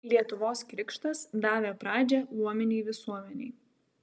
lietuvos krikštas davė pradžią luominei visuomenei